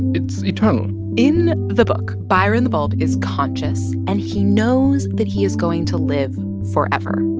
it's eternal in the book, byron the bulb is conscious, and he knows that he is going to live forever.